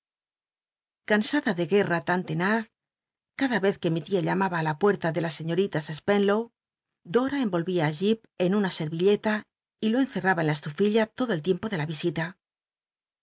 cansada de guerra tan tenaz cada vez que mi tia llamaba ü la j uer'la de la señorita se spenlow dora crwolvia ri tip en una scrvillela y lo encerraba en la estufilla l odo el tiempo de la isita